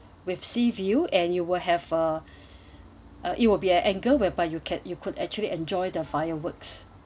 with sea view and you will have uh uh it will be at angle whereby you can you could actually enjoy the fireworks